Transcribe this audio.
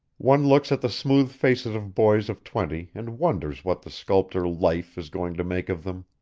one looks at the smooth faces of boys of twenty and wonders what the sculptor life is going to make of them.